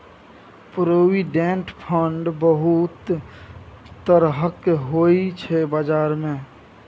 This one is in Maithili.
प्रोविडेंट फंड बहुत तरहक होइ छै बजार मे